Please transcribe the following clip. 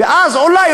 ואז אולי,